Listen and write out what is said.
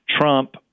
Trump